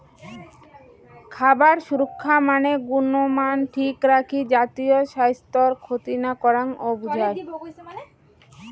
খাবার সুরক্ষা মানে গুণমান ঠিক রাখি জাতীয় স্বাইস্থ্যর ক্ষতি না করাং ও বুঝায়